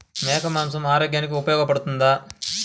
మేక మాంసం ఆరోగ్యానికి ఉపయోగపడుతుందా?